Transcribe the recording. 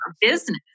business